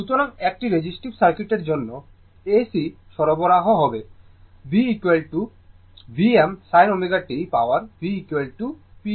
সুতরাং একটি রেজিস্টিভ সার্কিটের জন্য AC সরবরাহ হবে গিয়ে V Vm sin ω t power V p v i